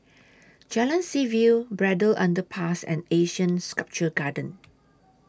Jalan Seaview Braddell Underpass and Asean Sculpture Garden